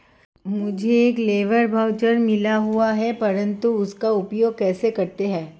मुझे एक labour voucher मिला हुआ है परंतु उसका उपयोग कैसे करते हैं?